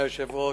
אדוני היושב-ראש,